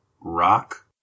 rock